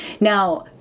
Now